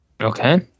Okay